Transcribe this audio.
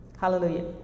Hallelujah